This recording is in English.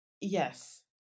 Yes